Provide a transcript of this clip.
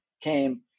came